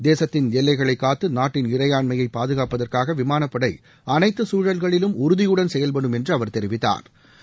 தேசத்தின் எல்லைகளை காத்து நாட்டின் இறையாண்மையை பாதுகாப்பதற்காக விமானப்படை அனைத்து சூழல்களிலும் உறுதியுடன் செயல்படும் என்று அவர் தெரிவித்தாா்